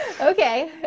Okay